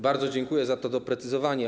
Bardzo dziękuję za to doprecyzowanie.